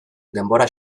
denbora